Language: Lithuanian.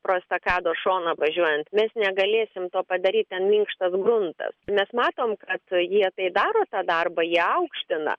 pro estakados šoną važiuojant mes negalėsim to padaryt ten minkštas gruntas mes matom kad jie tai daro tą darbą jie aukština